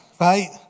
Right